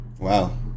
wow